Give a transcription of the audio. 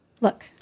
Look